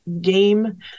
game